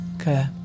Okay